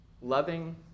loving